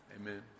amen